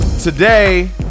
today